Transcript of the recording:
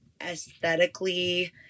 aesthetically